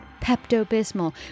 Pepto-Bismol